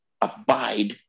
abide